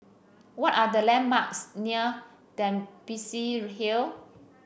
what are the landmarks near Dempsey Hill